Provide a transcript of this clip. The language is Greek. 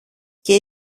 και